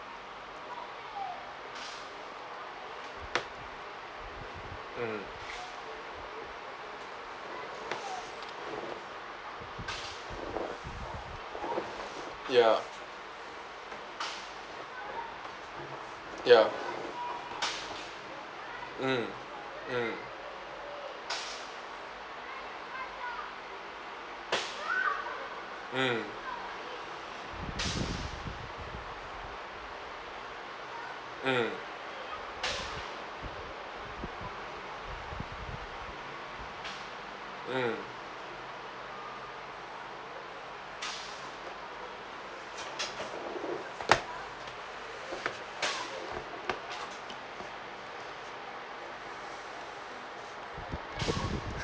mm mm ya ya mm mm mm mm mm